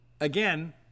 again